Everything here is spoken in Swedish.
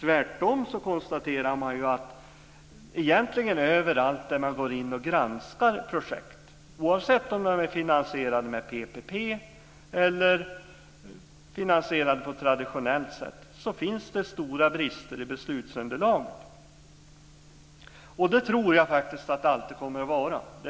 Tvärtom kan man konstatera att det egentligen överallt där man går in och granskar projekt, oavsett om de är finansierade med PPP eller på traditionellt sätt, finns stora brister i beslutsunderlaget. Och så tror jag faktiskt att det alltid kommer att vara.